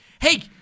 hey